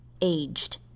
aged